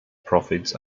profits